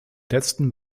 letzten